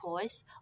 choice